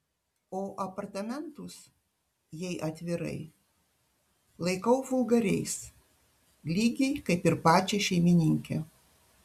o apartamentus jei atvirai laikau vulgariais lygiai kaip ir pačią šeimininkę